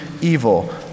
evil